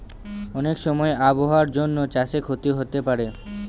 অনেক সময় আবহাওয়ার জন্য চাষে ক্ষতি হতে পারে